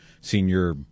senior